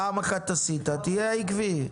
פעם אחת עשית תהיה עקבי.